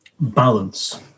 balance